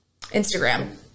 Instagram